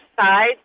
side